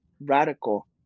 radical